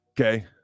Okay